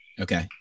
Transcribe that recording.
Okay